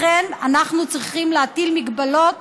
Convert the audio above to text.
לכן, אנחנו צריכים להטיל מגבלות